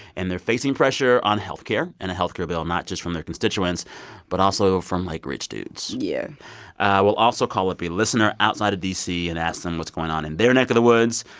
and they're facing pressure on health care and a health care bill not just from their constituents but also from, like, rich dudes yeah we'll also call up a listener outside of d c. and ask them what's going on in their neck of the woods.